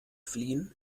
fliehen